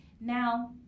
Now